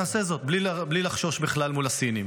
נעשה זאת בלי לחשוש בכלל מול הסינים.